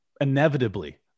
Inevitably